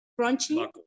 crunchy